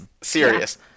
serious